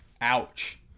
Ouch